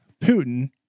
Putin